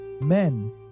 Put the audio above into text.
Men